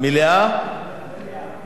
מליאה.